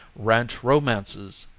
ranch romances,